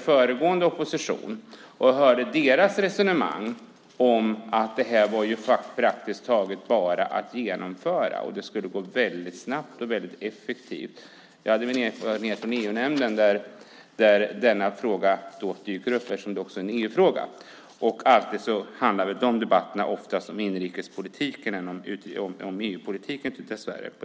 föregående opposition och dess resonemang om att det här praktiskt taget var bara att genomföra. Det skulle gå väldigt snabbt och väldigt effektivt. Jag har också erfarenheter från EU-nämnden, där denna fråga dyker upp eftersom den också är en EU-fråga. De debatterna handlade oftast om inrikespolitik snarare än om EU-politik på den tiden, dessvärre.